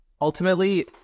Ultimately